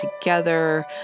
together